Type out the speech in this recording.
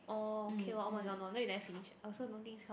oh okay lor oh-my-god no wonder you never finish I also don't think this kind of